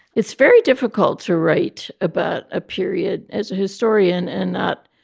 it's very difficult to write about a period as a historian and not,